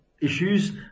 issues